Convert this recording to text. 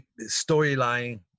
storyline